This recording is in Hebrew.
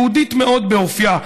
יהודית מאוד באופייה,